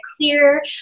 clear